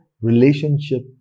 relationship